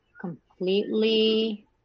completely